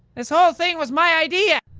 this whole thing was my idea!